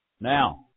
Now